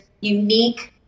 unique